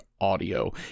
audio